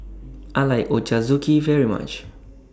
I like Ochazuke very much